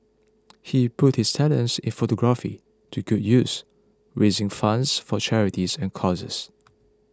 he put his talents in photography to good use raising funds for charities and causes